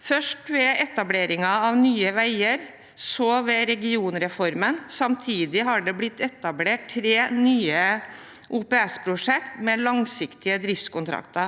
først ved etableringen av Nye veier og så ved regionreformen. Samtidig har det blitt etablert tre nye OPS-prosjekter med langsiktige driftskontrakter.